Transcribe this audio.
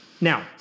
Now